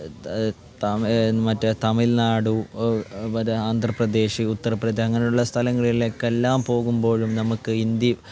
മറ്റേ തമിൾനാട് മറ്റേ ആന്ധ്ര പ്രദേശ് ഉത്തർ പ്രദേശ് അങ്ങനെയുള്ള സ്ഥലങ്ങളിലേക്കെല്ലാം പോകുമ്പോഴും നമുക്ക് ഹിന്ദി